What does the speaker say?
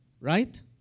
Right